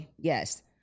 yes